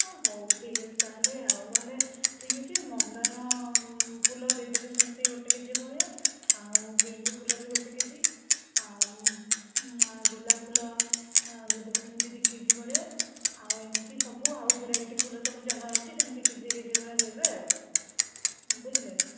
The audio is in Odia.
ଆଉ ହଉ ଠିକ୍ ଅଛି ତା'ହେଲେ ଆଉ ତା' ହେଲେ ଠିକ୍ ଅଛି ମନ୍ଦାର ଫୁଲ ଦେଇଦେବେ ସେମିତି ଗୋଟେ କେଜି ଭଳିଆ ଆଉ ଗେଣ୍ଡୁ ଫୁଲ ବି ଗୋଟେ କେଜି ଆଉ ଗୋଲାପ ଫୁଲ ଦେଇଦେବେ ସେମିତି ଦୁଇ କେଜି ଭଳିଆ ଆଉ ଏମିତି ସବୁ ଆଉ ଭେରାଇଟି ଫୁଲ ସବୁ ଯାହା ଅଛି ସେମିତି କେଜିଏ କେଜିଏ ଭଳିଆ ଦେବେ ଆଉ ବୁଝିଲେ